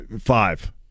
Five